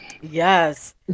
Yes